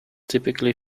typically